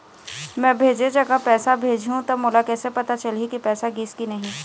मैं भेजे जगह पैसा भेजहूं त मोला कैसे पता चलही की पैसा गिस कि नहीं?